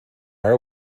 are